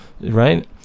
right